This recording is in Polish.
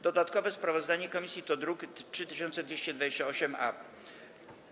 Dodatkowe sprawozdanie komisji to druk nr 3228-A.